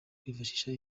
kwifashisha